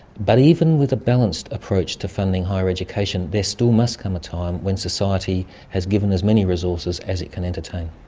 but even with a balanced approach to funding higher education, there still must come a time when society has given as many resources as it can entertain.